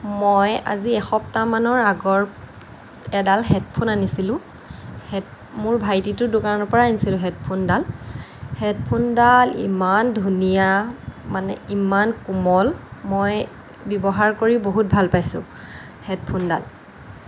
মই আজি এসপ্তাহমানৰ আগত এডাল হেডফোন আনিছিলোঁ হেড মোৰ ভাইটিটোৰ দোকানৰ পৰাই আনিছিলোঁ হেডফোনডাল হেডফোনডাল ইমান ধুনীয়া মানে ইমান কোমল মই ব্যৱহাৰ কৰি বহুত ভাল পাইছোঁ হেডফোনডাল